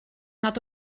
nad